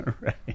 right